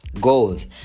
goals